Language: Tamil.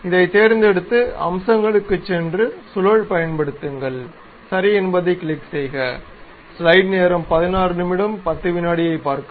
இதைத் தேர்ந்தெடுத்து அம்சங்களுக்குச் சென்று சுழல் பயன்படுத்துங்கள் சரி என்பதைக் கிளிக் செய்க